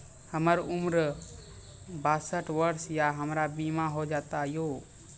हमर उम्र बासठ वर्ष या हमर बीमा हो जाता यो?